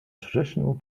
traditional